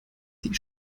die